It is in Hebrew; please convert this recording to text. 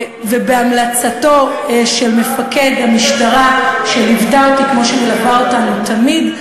ובהמלצתו של מפקד המשטרה שליוותה אותי כמו שהיא מלווה אותנו תמיד,